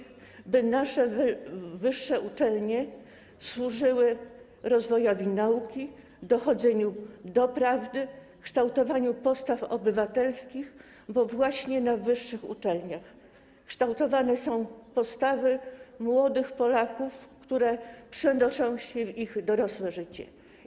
Chodzi o to, by nasze wyższe uczelnie służyły rozwojowi nauki, dochodzeniu do prawdy, kształtowaniu postaw obywatelskich, bo właśnie na wyższych uczelniach kształtowane są postawy młodych Polaków, które są przenoszone w ich dorosłe życie.